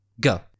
Go